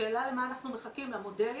הכוונה מהרופאים?